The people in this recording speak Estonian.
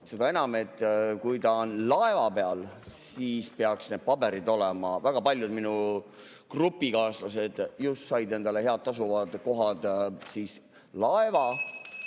Seda enam, kui ta on laeva peal, siis peaksid need paberid olema. Väga paljud minu grupikaaslased said endale head tasuvad kohad (Juhataja